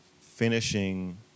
finishing